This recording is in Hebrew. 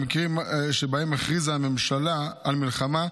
במקרים שבהם הכריזה הממשלה על מלחמה,